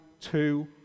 two